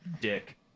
Dick